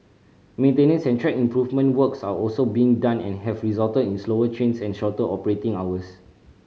maintenance and track improvement works are also being done and have resulted in slower trains and shorter operating hours